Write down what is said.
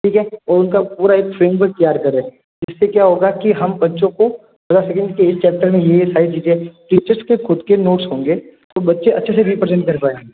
ठीक है तो उनका पूरा एक फ्रेमवर्क तैयार करें जिससे क्या होगा कि हम बच्चों को कह सकेंगे कि इस चैप्टर ये ये सारी चीज़ें हैं टीचर्स के खुद के नोट्स होंगे तो बच्चे अच्छे से रिप्रेजेंट कर पाएंगे